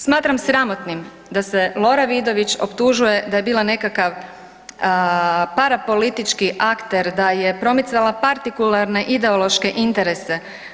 Smatram sramotnim da se Lora Vidović optužuje da je bila nekakav parapolitički akter, da je promicala partikularne ideološke interese.